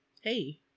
hey